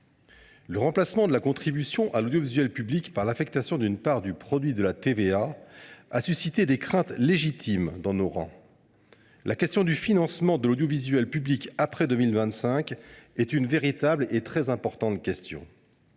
Le remplacement de la contribution à l’audiovisuel public par l’affectation d’une part du produit de la TVA a suscité des craintes légitimes dans nos rangs. La question du financement de l’audiovisuel public après 2025 est réelle et très importante. Dans un